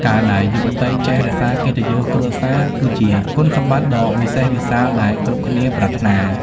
ការដែលយុវតីចេះ "រក្សាកិត្តិយសគ្រួសារ" គឺជាគុណសម្បត្តិដ៏វិសេសវិសាលដែលគ្រប់គ្នាប្រាថ្នា។